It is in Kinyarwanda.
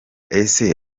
ese